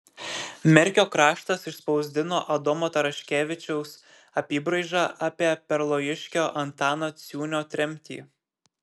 merkio kraštas išspausdino adomo taraškevičiaus apybraižą apie perlojiškio antano ciūnio tremtį